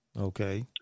Okay